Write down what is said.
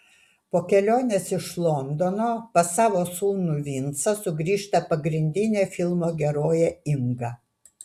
po kelionės iš londono pas savo sūnų vincą sugrįžta pagrindinė filmo herojė inga